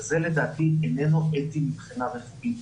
וזה לדעתי איננו אתי מבחינה רפואית.